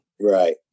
right